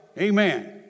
Amen